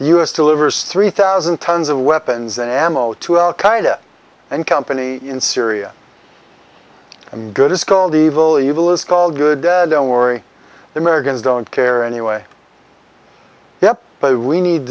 us delivers three thousand tons of weapons and ammo to al qaeda and company in syria and good is called evil evil is called good dead don't worry the americans don't care anyway yep but we need